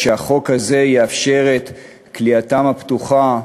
שהחוק הזה יאפשר את כליאתם הפתוחה,